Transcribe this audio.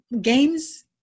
games